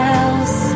else